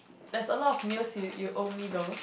there's a lot of meals you you owe me though